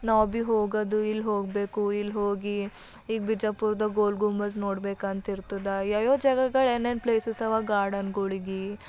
ನಾವು ಭೀ ಹೋಗೋದು ಇಲ್ಲಿ ಹೋಗಬೇಕು ಇಲ್ಲಿ ಹೋಗಿ ಈಗ ಬಿಜಾಪುರದಾಗ ಗೋಲಗುಂಬಜ್ ನೋಡ್ಬೇಕು ಅಂತಿರ್ತದ ಯಾವು ಯಾವು ಜಾಗಗಳು ಏನೇನು ಪ್ಲೇಸಸ್ ಅವ ಗಾರ್ಡನ್ಗಳಿಗೆ